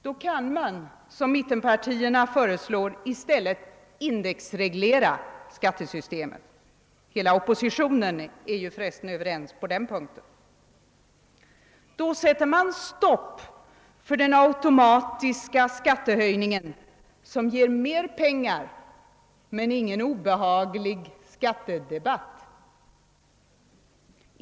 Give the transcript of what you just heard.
Då kan man — som mittenpartierna föreslår — i stället indexreglera skattesystemet. Hela oppositionen är ju för resten överens på den punkten. Då sätter man stopp för den automatiska skattehöjningen som ger pengar men ingen obehaglig skattedebatt.